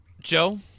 Joe